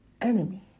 enemy